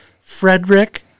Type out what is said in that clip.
Frederick